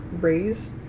raise